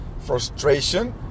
frustration